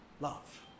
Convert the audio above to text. love